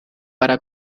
para